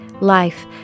Life